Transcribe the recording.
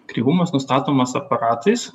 kreivumas nustatomas aparatais